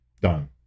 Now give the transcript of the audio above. done